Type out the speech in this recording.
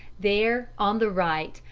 there, on the right,